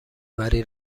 وری